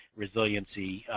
resiliency,